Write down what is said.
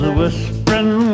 whispering